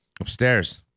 upstairs